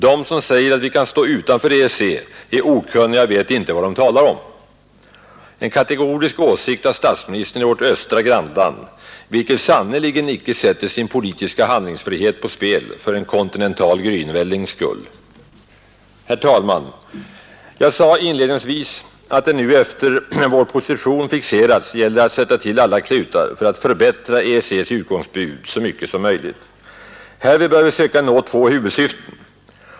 De som säger att vi kan stå utanför EEC är okunniga och vet inte vad de talar om.” En kategorisk åsikt av statsministern i vårt östra grannland, vilket sannerligen icke sätter sin politiska handlingsfrihet på spel för en kontinental grynvällings skull. Herr talman! Jag sade inledningsvis, att det nu efter det att vår position fixerats gäller att sätta till alla klutar för att förbättra EEC:s utgångsbud så mycket som möjligt. Härvid bör vi söka nå två huvudsyften.